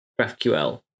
GraphQL